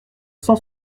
cent